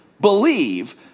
believe